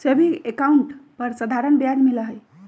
saving account पर साधारण ब्याज मिला हई